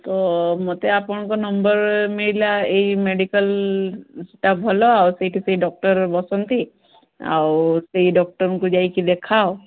ତ ମତେ ଆପଣଙ୍କ ନମ୍ବର୍ ମିଳିଲା ଏଇ ମେଡିକାଲ୍ଟା ଭଲ ଆଉ ସେଇଠୁ ସେ ଡକ୍ଟର୍ ବସନ୍ତି ଆଉ ସେଇ ଡକ୍ଟରଙ୍କୁ ଯାଇକି ଦେଖାଅ